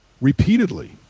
repeatedly